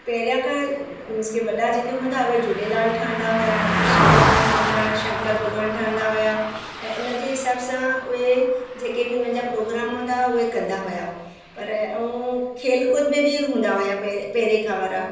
पहिरियां खां मींस के वॾा जेके हूंदा हुआ उहे झूलेलाल ठहंदा हुआ कृष्ण भॻवानु ठहंदा हुआ शंकर भॻवानु ठहंदा हुआ ऐं उनजे हिसाब सां उहे जेके बि उन्हनि जा प्रोग्राम हूंदा हुआ उहे कंदा हुआ पर ऐं खेल कूद मे बि हूंदा हुआ पहिरें पहिरें खां वारा